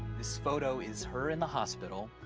this photo is her in the hospital,